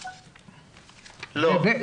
אין.